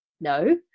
No